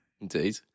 Indeed